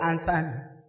answer